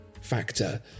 factor